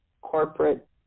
corporate